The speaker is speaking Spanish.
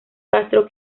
castro